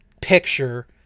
picture